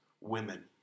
women